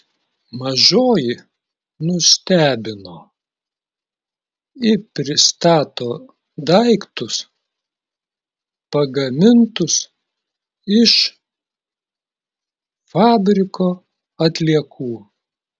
mažoji nustebino ji pristato daiktus pagamintus iš fabriko atliekų